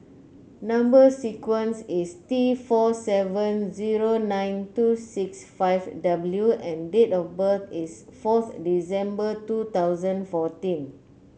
number sequence is T four seven zero nine two six five W and date of birth is forth December two thousand fourteen